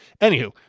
anywho